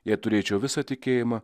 jei turėčiau visą tikėjimą